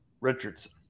Richardson